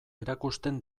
erakusten